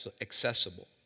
accessible